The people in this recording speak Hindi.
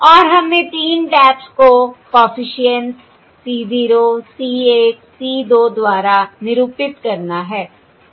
और हमें 3 टैप्स को कॉफिशिएंट्स c 0 c 1 c 2 द्वारा निरूपित करना है